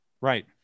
right